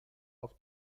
auf